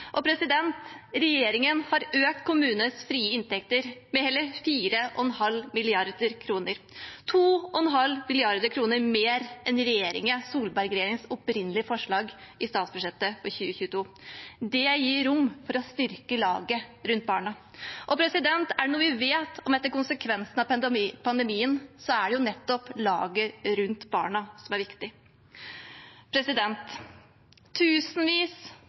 Regjeringen har økt kommunenes frie inntekter med hele 4,5 mrd. kr – 2,5 mrd. kr mer enn Solberg-regjeringens opprinnelige forslag i statsbudsjettet for 2022. Det gir rom for å styrke laget rundt barna. Er det noe vi vet om konsekvensene etter pandemien, er det nettopp at laget rundt barna er viktig. Tusenvis